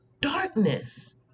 darkness